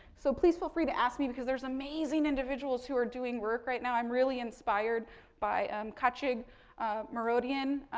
so please, feel free to ask me because there's amazing individuals who are doing work right now. i'm really inspired by khatchig mouradian.